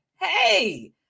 Hey